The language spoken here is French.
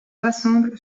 rassemble